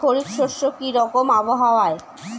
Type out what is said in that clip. খরিফ শস্যে কি রকম আবহাওয়ার?